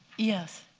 yes,